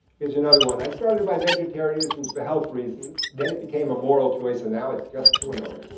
here's another one. i started my vegetarianism for health reasons, then it became a moral choice, and now it's just to annoy